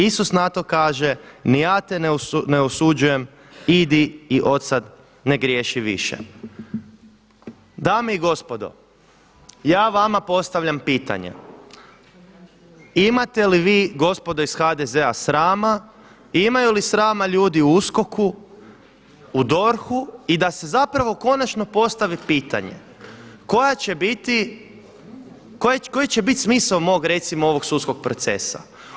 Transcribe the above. Isus na to kaže „Ni ja te ne osuđujem idi i od sada ne griješi više.“ Dame i gospodo ja vama postavljam pitanje imate li vi gospodo iz HDZ-a srama, imaju li srama ljudi u USKOK-u, u DORH-u i da se zapravo konačno postavi pitanje koja će biti, koji će biti smisao mog recimo ovog sudskog procesa?